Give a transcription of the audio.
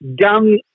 gun